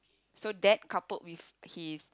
so that coupled with his